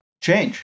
change